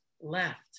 left